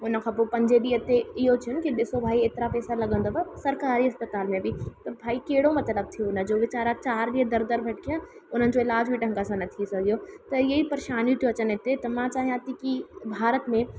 उन खां पोइ पंजें ॾींहुं ते इहो चयुनि की ॾिसो भाई एतिरा पैसा लॻंदव सरकारी अस्पताल में बि त भाई कहिड़ो मतिलबु थियो उन जो वेचारा चार ॾींहुं दर दर भटकिया उन्हनि जो इलाजु बि ढंग सां न थी सघियो त इहो ई परेशानियूं तू अचनि हिते त मां चाहियां थी की भारत में